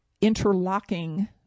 interlocking